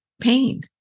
pain